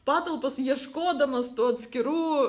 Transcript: patalpas ieškodamas to atskirų